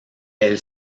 elle